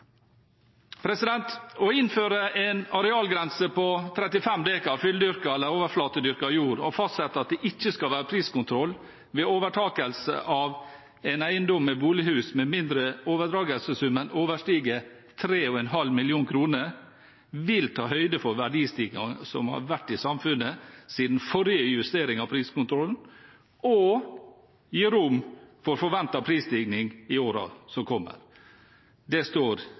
Å innføre en arealgrense på 35 dekar fulldyrket eller overflatedyrket jord og fastsette at det ikke skal være priskontroll ved overtakelse av en eiendom med bolighus med mindre overdragelsessummen overstiger 3,5 mill. kr, vil ta høyde for verdistigningen som har vært i samfunnet siden forrige justering av priskontrollen, og gi rom for forventet prisstigning i årene som kommer. Det står